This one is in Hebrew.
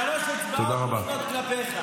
שלוש אצבעות מופנות כלפיך.